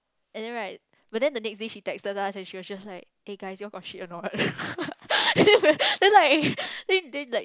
and then right but then the next day she texted us and then she was just like eh guys you all got shit or not then like then then like